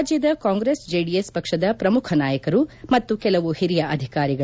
ರಾಜ್ಯದ ಕಾಂಗ್ರೆಸ್ ಜೆಡಿಎಸ್ ಪಕ್ಷದ ಪ್ರಮುಖ ನಾಯಕರ ಮತ್ತು ಕೆಲವು ಹಿರಿಯ ಅಧಿಕಾರಿಗಳು